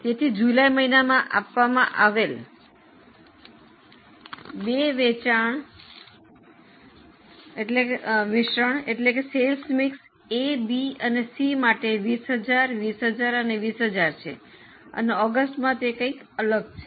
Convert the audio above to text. તેથી જુલાઈ મહિનામાં આપવામાં આવેલા બે વેચાણ મિશ્રણ એ બી સી માટે 20000 20000 અને 20000 છે અને ઓગસ્ટમાં તે કંઈક અલગ છે